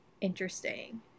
interesting